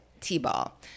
t-ball